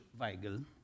Weigel